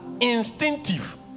instinctive